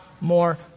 more